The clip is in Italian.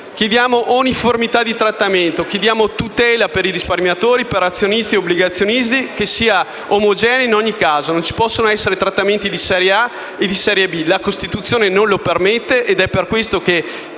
Chiediamo uniformità di trattamento e una tutela per risparmiatori, azionisti e obbligazionisti che sia omogenea in ogni caso. Non ci possono essere trattamenti di serie A o di serie B; la Costituzione non lo permette e per questo chiediamo